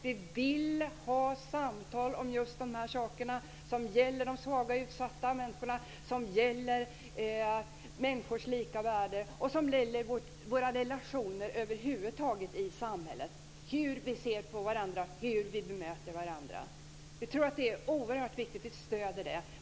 Vi vill ha samtal om just dessa saker som gäller de svaga och utsatta människorna, som gäller människors lika värde och som gäller våra relationer över huvud taget i samhället - hur vi ser på varandra och hur vi bemöter varandra. Vi tror att det är oerhört viktigt att vi stöder detta.